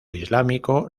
islámico